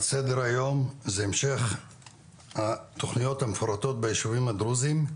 על סדר היום הוא המשך התוכניות המפורטות בישובים הדרוזים.